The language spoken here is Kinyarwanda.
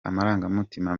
amarangamutima